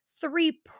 three